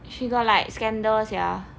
she got like scandals ya